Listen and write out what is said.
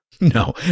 No